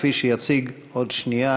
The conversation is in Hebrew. כפי שיציג עוד שנייה